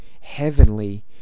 heavenly